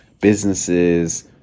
businesses